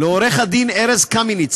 ולעורך הדין ארז קמיניץ,